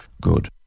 Good